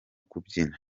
kubyina